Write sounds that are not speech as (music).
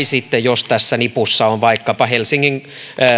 (unintelligible) sitten jos tässä nipussa on vaikkapa helsingin